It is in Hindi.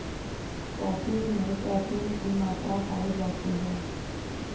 कॉफी में कैफीन की मात्रा पाई जाती है